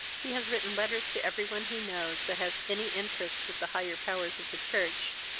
he has written letters to every one he knows that has any interest with the higher powers of the church,